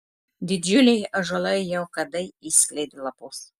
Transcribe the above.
didžiuliai ąžuolai jau kadai išskleidė lapus